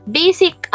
basic